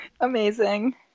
Amazing